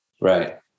Right